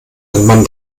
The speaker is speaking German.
man